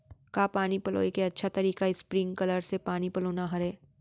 का पानी पलोय के अच्छा तरीका स्प्रिंगकलर से पानी पलोना हरय?